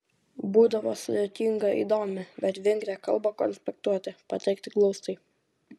būdavo sudėtinga įdomią bet vingrią kalbą konspektuoti pateikti glaustai